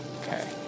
Okay